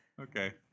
Okay